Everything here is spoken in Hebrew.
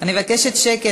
אני מבקשת שקט.